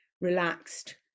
relaxed